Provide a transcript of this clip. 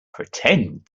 pretend